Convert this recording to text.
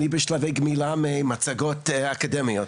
אני בשלבי גמילה ממצגות אקדמיות,